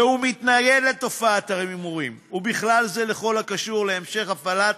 והוא מתנגד לתופעת ההימורים ובכלל זה לכל הקשור להמשך הפעלת